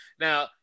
Now